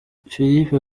philippe